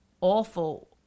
awful